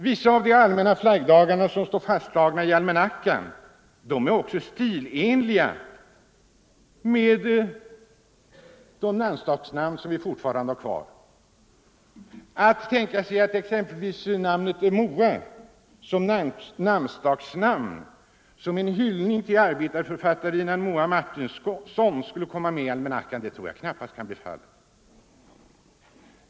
Vissa av de allmänna flaggdagarna som står fastslagna i almanackan är också stilenliga tillsammans med de namnsdagsnamn som vi fortfarande har kvar. Att exempelvis Moa som namnsdagsnamn, som en hyllning till arbetarförfattarinnan Moa Martinson, skulle komma med i almanackan tror jag knappast kan bli fallet.